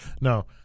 No